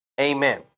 Amen